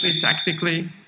tactically